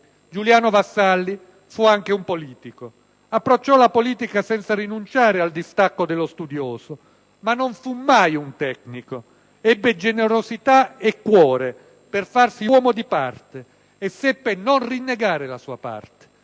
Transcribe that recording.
Giuliano Vassalli fu anche un politico. Approcciò la politica senza rinunciare al distacco dello studioso. Ma non fu mai un tecnico. Ebbe generosità e cuore per farsi uomo di parte e seppe non rinnegare la sua parte.